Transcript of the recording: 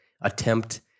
attempt